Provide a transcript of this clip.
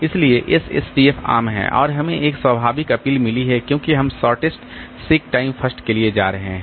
इसलिए एसएसटीएफ आम है और हमें एक स्वाभाविक अपील मिली है क्योंकि हम शॉर्टएस्ट सीक टाइम फर्स्ट के लिए जा रहे हैं